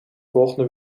volgende